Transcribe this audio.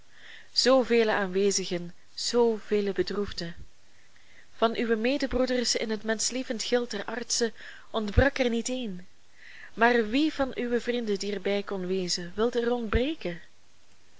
vele aanwezigen zoo vele bedroefden van uwe medebroeders in het menschlievend gild der artsen ontbrak er niet een maar wie van uwe vrienden die erbij kon wezen wilde er ontbreken